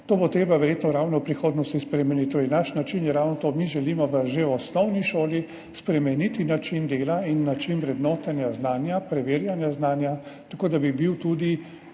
to bo treba verjetno v prihodnosti spremeniti. Torej, naš način je ravno to, mi želimo že v osnovni šoli spremeniti način dela in način vrednotenja znanja, preverjanja znanja, tako da bi bil tudi